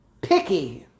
picky